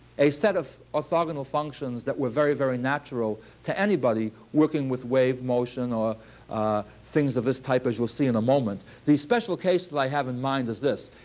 a set of orthogonal functions that were very, very natural to anybody working with wave motion or things of this type, as you'll see in a moment. the special case that i have in mind is this.